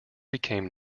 became